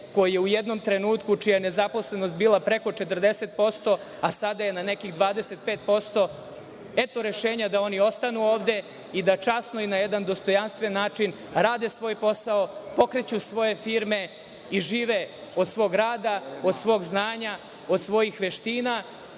koji je u jednom trenutku, čija je nezaposlenost bila preko 40%, a sada je na nekih 25%, eto rešenja da oni ostanu ovde i da časno i na jedan dostojanstven način rade svoj posao, pokreću svoje firme i žive od svog rada, od svog znanja, od svojih veština,